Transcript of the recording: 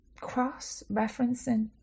cross-referencing